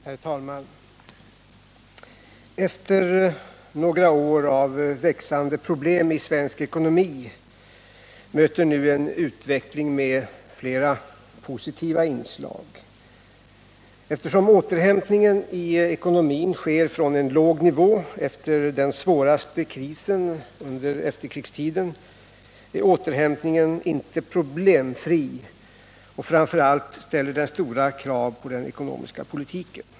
Herr talman! Efter några år av växande problem i svensk ekonomi möter Torsdagen den nu en utveckling med flera positiva inslag. Eftersom återhämtningen i 14 december 1978 ekonomin sker från en låg nivå, efter den svåraste krisen under efterkrigstiden, är den inte problemfri, och framför allt ställer den stora krav på den ekonomiska politiken.